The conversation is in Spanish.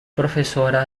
profesora